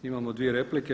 Imamo dvije replike.